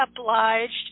obliged